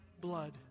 blood